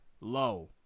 low